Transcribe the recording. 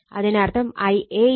അതിനർത്ഥം Ia Ia1 Ia2